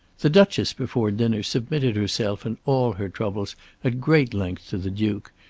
the duchess before dinner submitted herself and all her troubles at great length to the duke,